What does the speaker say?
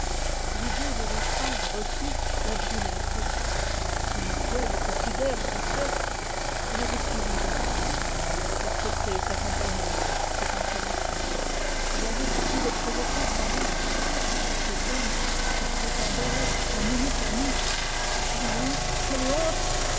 l'idée de l'outrage reçu la brûlait toute son orgueil et sa pudeur souffraient elle avait suivi barral elle avait accepté sa compagnie ses consolations et cet homme qui prétendait être son ami quelle honte quelle honte